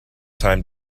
time